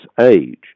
age